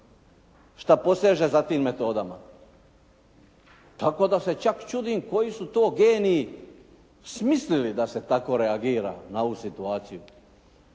što poseže za tim metodama. Tako da se čak čudim koji su to geni smislili da se tako reagira na ovu situaciju.